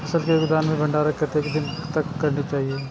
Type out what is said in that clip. फसल के गोदाम में भंडारण कतेक दिन तक करना चाही?